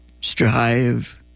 Strive